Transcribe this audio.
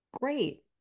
great